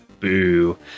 Boo